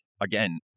again